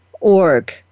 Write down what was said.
org